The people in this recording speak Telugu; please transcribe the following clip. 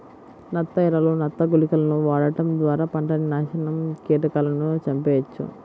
నత్త ఎరలు, నత్త గుళికలను వాడటం ద్వారా పంటని నాశనం కీటకాలను చంపెయ్యొచ్చు